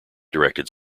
directed